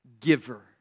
giver